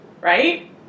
Right